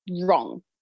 wrong